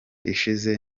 ishize